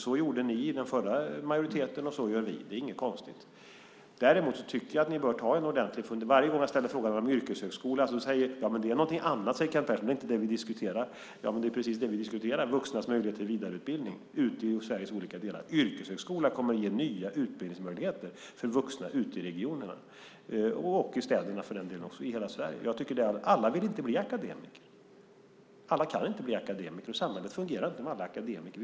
Så gjorde ni i den förra majoriteten, och så gör vi. Det är inget konstigt. Varje gång jag ställer frågan om yrkeshögskola säger Kent Persson att det är någonting annat och att det inte är det vi diskuterar. Men det är precis det vi diskuterar, vuxnas möjligheter till vidareutbildning i olika delar av Sverige. En yrkeshögskola kommer att ge nya utbildningsmöjligheter för vuxna ute i regionerna, och städerna också för den delen, i hela Sverige. Alla vill inte bli akademiker. Alla kan inte bli akademiker. Samhället fungerar inte om alla är akademiker.